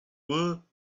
woot